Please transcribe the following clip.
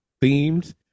themes